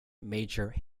major